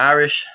Irish